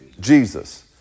Jesus